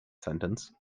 sentence